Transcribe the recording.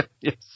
Yes